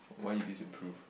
why you disapprove